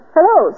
Hello